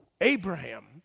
Abraham